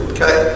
Okay